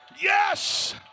Yes